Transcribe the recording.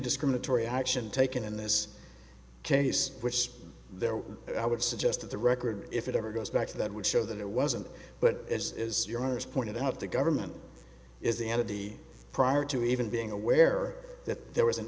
discriminatory action taken in this case which is there i would suggest that the record if it ever goes back to that would show that it wasn't but it's your honour's pointed out the government is the entity prior to even being aware that there was an